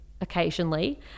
occasionally